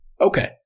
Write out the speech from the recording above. Okay